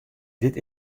dit